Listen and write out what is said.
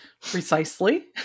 Precisely